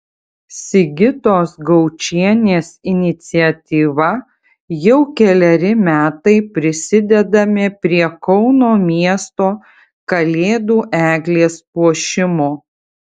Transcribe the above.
sigitos gaučienės iniciatyva jau keleri metai prisidedame prie kauno miesto kalėdų eglės puošimo